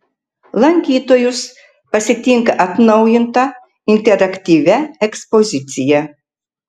lankytojus pasitinka atnaujinta interaktyvia ekspozicija